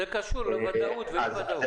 זה קשור לוודאות ואי וודאות.